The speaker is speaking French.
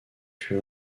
put